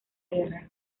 guerra